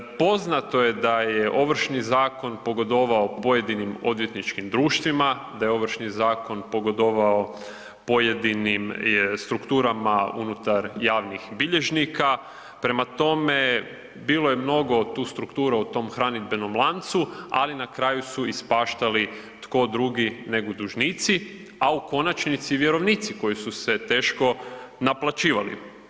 Poznato je da je Ovršni zakon pogodovao pojedinim odvjetničkim društvima, da je Ovršni zakon pogodovao pojedinim strukturama unutar javnih bilježnika, prema tome, bilo je mnogo tu struktura u tom hranidbenom lancu, ali na kraju su ispaštali, tko drugi nego dužnici, a u konačnici, vjerovnici koji su se teško naplaćivali.